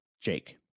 Jake